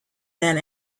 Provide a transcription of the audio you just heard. man